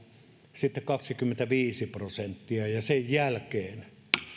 sitten kaksikymmentäviisi prosenttia ja sen jälkeen